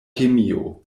kemio